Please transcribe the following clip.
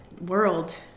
world